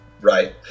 Right